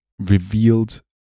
revealed